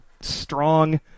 strong